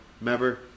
remember